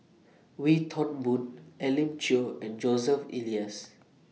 Wee Toon Boon Elim Chew and Joseph Elias